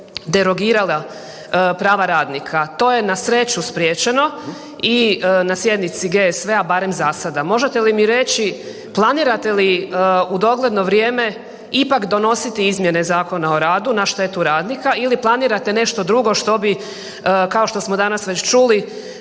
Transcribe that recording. derogirala prava radnika. To je na sreću spriječeno i na sjednici GSV-a barem zasada. Možete li mi reći, planirate li u dogledno vrijeme ipak donositi izmjene Zakona o radu na štetu radnika ili planirate nešto drugo što bi kao što smo danas već čuli